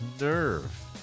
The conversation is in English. Nerve